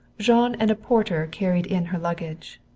jean and a porter carried in her luggage.